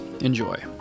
Enjoy